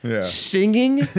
singing